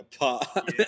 apart